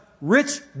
rich